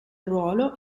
ruolo